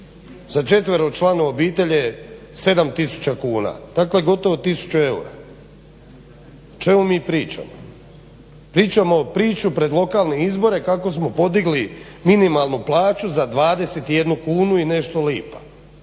za četveročlanu obitelj je 7000 kuna, dakle gotovo tisuću eura. O čemu mi pričamo? Pričamo priču pred lokalne izbore kako smo podigli minimalnu plaću za 21 kunu i nešto lipa.